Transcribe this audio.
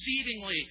exceedingly